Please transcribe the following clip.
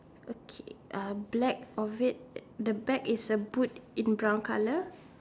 okay uh black or red the bag is a boot in brown colour